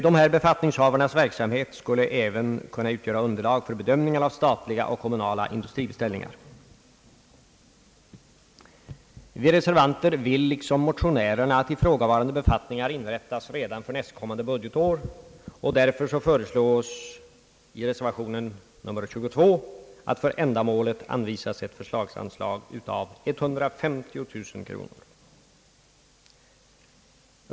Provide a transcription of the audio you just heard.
Dessa befattningshavares verksamhet skulle även kunna utgöra underlag för bedömningen av statliga och kommunala industribeställningar. Vi reservanter vill liksom motionärerna att i frågavarande befattningar inrättas redan för nästkommande budgetår. Därför yrkas i reservation nr 22 att för ändamålet anvisas ett förslagsanslag av 150 000 kronor.